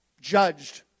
judged